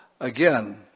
Again